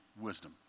wisdom